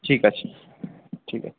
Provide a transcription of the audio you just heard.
ঠিক আছে ঠিক আছে